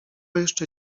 jeszcze